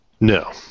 No